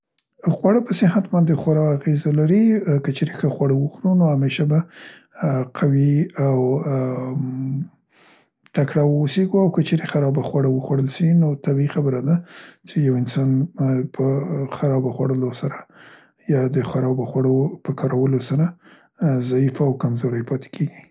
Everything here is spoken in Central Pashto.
خواړه په صحت باندې خورا اغیزه لري که چیرې ښه خواړه وخورو نو همیشه به ا ا قوي او ام تکړه واوسیګو او که چیرې خرابه خواړه وخوړل سي نو طبعي خبره ده چې ا ا چې یو انسان د خرابو خوړلو په خوړلو سره یا د خرابو خوړو په کارولو سره ضعیف او کمزوری پاتې کیګي.